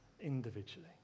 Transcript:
individually